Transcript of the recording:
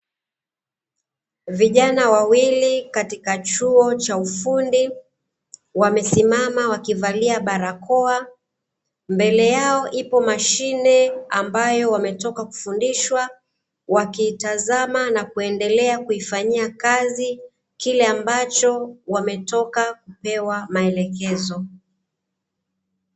Vijana wawili katika chuo cha ufundi, wamesimama wakivaliwa barakoa, mbele yao ipo mashine ambayo wametoka kufundishwa, wakiitazama na kuendelea kuifanyia kazi, kile ambacho wametoka kupewa maelekezo.